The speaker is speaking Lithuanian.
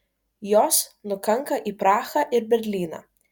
jos nukanka į prahą ir berlyną